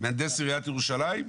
מהנדס עיריית ירושלים?